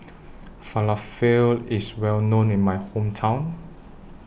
Falafel IS Well known in My Hometown